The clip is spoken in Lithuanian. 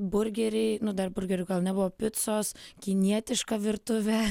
burgeriai nu dar burgerių gal nebuvo picos kinietiška virtuvė